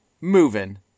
moving